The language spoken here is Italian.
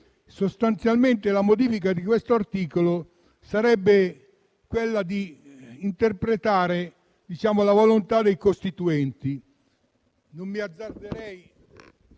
sostanzialmente la modifica di questo articolo sarebbe tendente a interpretare la volontà dei costituenti.